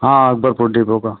हाँ अकबरपुर डीपो का